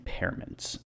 impairments